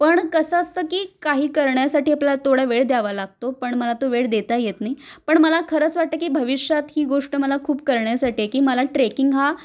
पण कसं असतं की काही करण्यासाठी आपल्याला तेवढा वेळ द्यावा लागतो पण मला तो वेळ देता येत नाही पण मला खरं असं वाटतं की भविष्यात ही गोष्ट मला खूप करण्यासाठी आहे की मला ट्रेकिंग हा